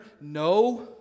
no